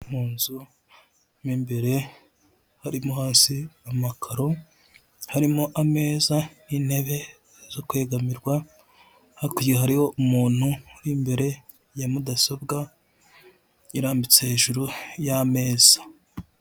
Mu nzu mu imbere harimo hasi amakaro harimo ameza n'intebe zo kwegamirwa hakurya hariho umuntu uri imbere ya mudasobwa irambitse hejuru y'ameza.